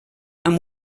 amb